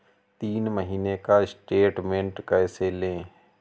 तीन महीने का स्टेटमेंट कैसे लें?